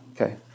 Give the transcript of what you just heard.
Okay